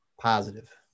Positive